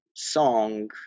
song